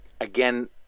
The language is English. again